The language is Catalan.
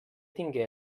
tingué